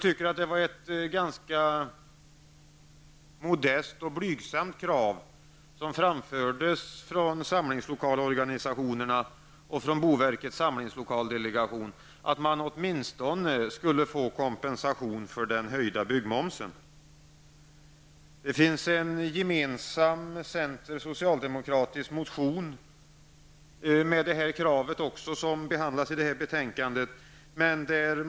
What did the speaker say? Det var ett ganska modest krav som framfördes från samlingslokalorganisationerna och från boverkets samlingslokaldelegation, nämligen att man åtminstone skulle få kompensation för den höjda byggmomsen. Det finns en motion med detta krav som centern och socialdemokraterna gemensamt har lagt fram och som behandlas i betänkandet.